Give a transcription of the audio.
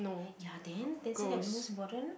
ya then then isn't that most important